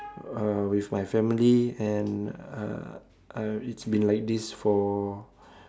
uh with my family and uh it's been like this for